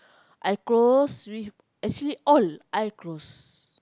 I close with actually all I close